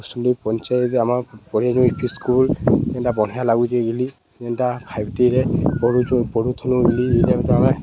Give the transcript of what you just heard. ପଶଣ ପଞ୍ଚାୟତରେ ଆମ ପଡ଼ି ୟୁପି ସ୍କୁଲ ଯେନ୍ଟା ବଢ଼ିଆ ଲାଗୁଚିଏ ଗଲି ଯେନ୍ଟା ଫାଇଭ୍ଟି ପଢ଼ ପଢ଼ଥୁନୁ ଗଲି ଏଇଟ ଆମେ